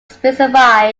specify